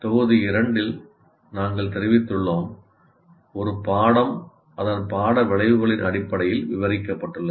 தொகுதி 2 இல் நாங்கள் தெரிவி த்துள்ளோம் ஒரு பாடம் அதன் பாட விளைவுகளின் அடிப்படையில் விவரிக்கப்பட்டுள்ளது